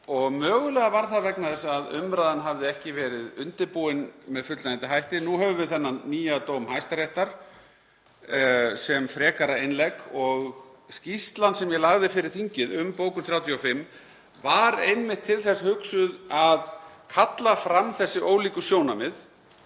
mögulega var það vegna þess að umræðan hafði ekki verið undirbúin með fullnægjandi hætti. Nú höfum við þennan nýja dóm Hæstaréttar sem frekara innlegg og skýrslan sem ég lagði fyrir þingið um bókun 35 var einmitt til þess hugsuð að kalla fram þessi ólíku sjónarmið.